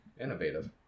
Innovative